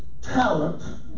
Talent